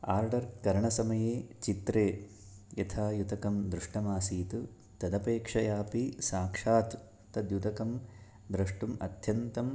order करणसमये चित्रे यथा युतकं दृष्टमासीत् तदपेक्षया अपि साक्षात् तद्युतकं द्रष्टुम् अत्यन्तं